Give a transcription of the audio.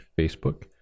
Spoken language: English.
Facebook